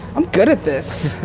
i'm good at this.